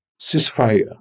ceasefire